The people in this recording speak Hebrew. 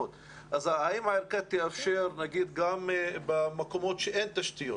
האם הערכה תפעל גם במקומות שאין תשתיות,